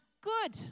good